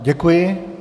Děkuji.